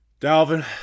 Dalvin